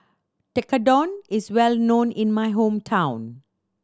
tekkadon is well known in my hometown